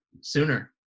sooner